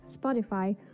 Spotify